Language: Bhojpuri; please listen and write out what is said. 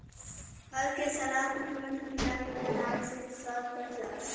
फल के सलाद में मधु मिलाके बनावे से स्वाद बढ़ जाला